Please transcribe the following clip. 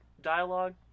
dialogue